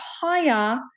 higher